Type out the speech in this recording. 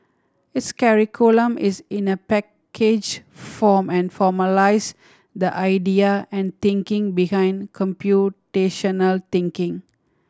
its curriculum is in a packaged form and formalised the idea and thinking behind computational thinking